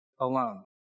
alone